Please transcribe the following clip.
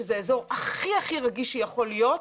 שזה אזור הכי רגיש שיכול להיות,